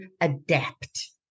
adapt